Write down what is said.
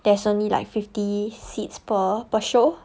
there's only like fifty seats per per show